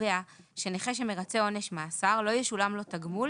קובע שנכה שמרצה עונש מאסר לא ישולם לו תגמול